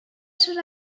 sud